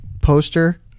poster